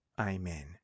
Amen